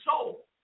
soul